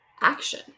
action